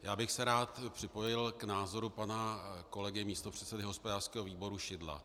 Rád bych se připojil k názoru pana kolegy místopředsedy hospodářského výboru Šidla.